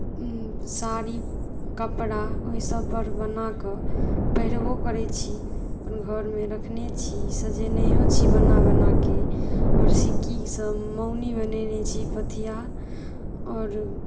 साड़ी कपड़ा ओहिसभपर बना कऽ पहिरबो करैत छी घरमे रखने छी सजेनैहौ छी बना बना कऽ आओर सिक्कीसँ मउनी बनौने छी पथिया आओर